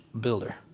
builder